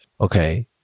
Okay